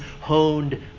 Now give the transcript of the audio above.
honed